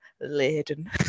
laden